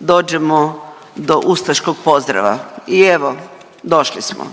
dođemo do ustaškog pozdrava i evo, došli smo.